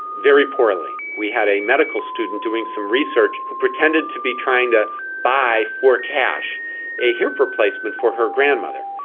very poorly. we had a medical student doing some research who pretended to be trying to buy for cash a hip replacement for her grandmother,